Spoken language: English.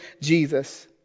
Jesus